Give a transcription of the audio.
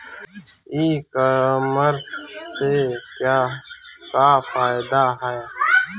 ई कामर्स से का फायदा ह?